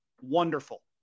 wonderful